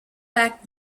back